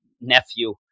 nephew